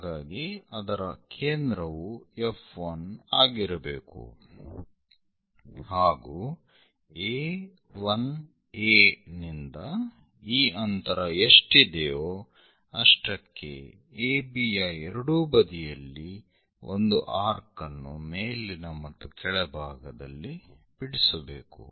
ಹಾಗಾಗಿ ಅದರ ಕೇಂದ್ರವು F1 ಆಗಿರಬೇಕು ಹಾಗೂ A1A ನಿಂದ ಈ ಅಂತರ ಎಷ್ಟಿದೆಯೋ ಅಷ್ಟಕ್ಕೆ AB ಯ ಎರಡೂ ಬದಿಯಲ್ಲಿ ಒಂದು ಆರ್ಕ್ ಅನ್ನು ಮೇಲಿನ ಮತ್ತು ಕೆಳಭಾಗದಲ್ಲಿ ಬಿಡಿಸಬೇಕು